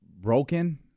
broken